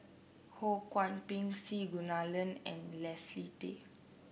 Ho Kwon Ping C Kunalan and Leslie Tay